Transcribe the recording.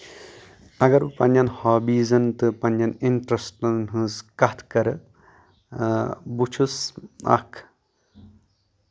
اَگر بہٕ پَنٕنٮ۪ن ہوبیٖزن تہٕ پَنٕنٮ۪ن اِنٹرسٹن ہٕنٛز کَتھ کَرٕ بہٕ چھُس اکھ